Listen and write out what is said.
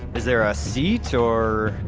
is there a seat, or?